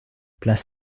place